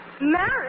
Married